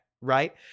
right